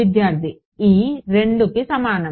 విద్యార్థి e 2కి సమానం